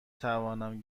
توانم